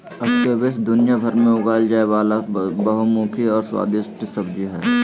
squash दुनियाभर में उगाल जाय वला बहुमुखी और स्वादिस्ट सब्जी हइ